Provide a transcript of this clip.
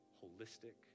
holistic